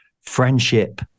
friendship